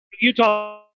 utah